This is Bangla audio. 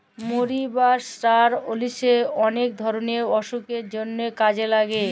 মরি বা ষ্টার অলিশে অলেক ধরলের অসুখের জন্হে কাজে লাগে